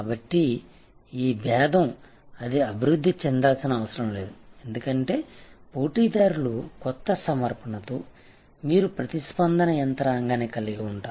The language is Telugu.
కాబట్టి ఈ భేదం అది అభివృద్ధి చెందాల్సిన అవసరం లేదు ఎందుకంటే పోటీదారులు కొత్త సమర్పణలతో మీరు ప్రతిస్పందన యంత్రాంగాన్ని కలిగి ఉంటారు